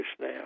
now